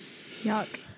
Yuck